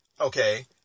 Okay